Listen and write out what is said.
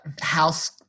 house